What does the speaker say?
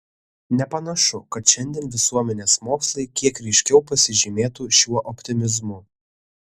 nepanašu kad šiandien visuomenės mokslai kiek ryškiau pasižymėtų šiuo optimizmu